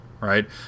right